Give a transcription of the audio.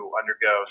undergo